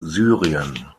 syrien